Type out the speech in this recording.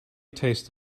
tastes